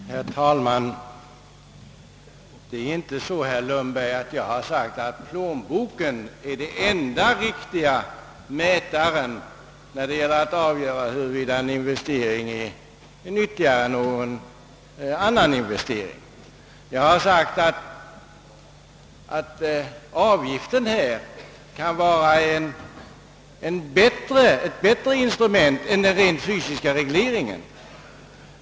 Herr talman! Jag har inte sagt, herr Lundberg, att plånboken är den enda riktiga mätaren när det gäller att avgöra huruvida en investering är nyttigare än en annan. Jag har sagt att avgiften kan vara ett bättre instrument än den rent fysiska regleringen.